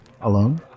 alone